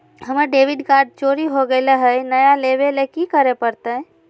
हमर debit card चोरी हो गेले हई, नया लेवे ल की करे पड़तई?